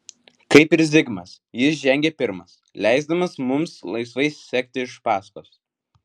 kaip ir zigmas jis žengė pirmas leisdamas mums laisvai sekti iš paskos